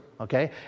okay